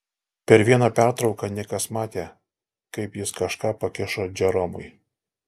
per vieną pertrauką nikas matė kaip jis kažką pakišo džeromui